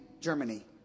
Germany